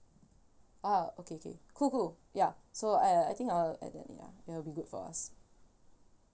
ah okay okay cool cool ya so uh I think I'll add that in ya it'll be good for us